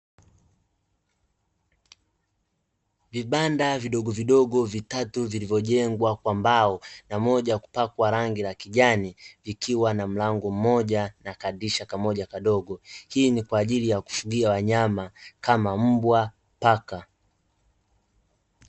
Vibanda vidogovidogo vitatu vilivyojengwa kwa mbao, na moja kupakwa rangi la kijani vikiwa na mlango mmoja na kadirisha kamoja kadogo, hii ni kwa ajili ya kufugia wanyama kama mbwa, paka.